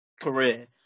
career